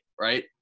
Right